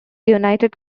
united